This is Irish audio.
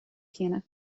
céanna